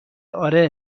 آره